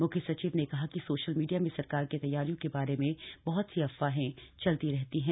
मुख्य सचिव ने कहा कि सोशल मीडिया में सरकार की तैयारियों के बारे में बहत सी अफवाहें चलती रहती हैं